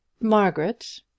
Margaret